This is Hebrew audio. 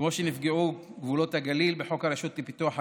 כמו שנקבעו גבולות הגליל בחוק הרשות לפיתוח הגליל,